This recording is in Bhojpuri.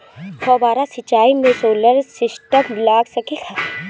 फौबारा सिचाई मै सोलर सिस्टम लाग सकेला?